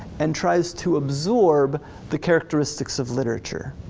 and tries to absorb the characteristics of literature.